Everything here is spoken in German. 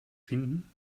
finden